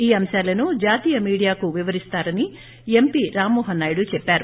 ఈ అంశాలను జాతీయ మీడియాతో వివరిస్తారని ఎంపీ రామ్మోహన్ నాయుడు చెప్పారు